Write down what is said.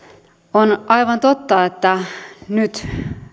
on aivan totta että nyt